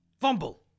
Fumble